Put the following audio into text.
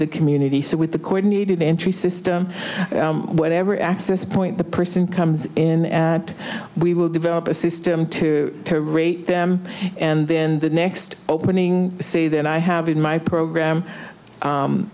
the community so with the coordinated entry system whatever access point the person comes in we will develop a system to rate them and then the next opening say that i have in my program